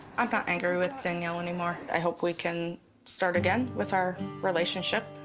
i'm not angry with danielle anymore. i hope we can start again with our relationship,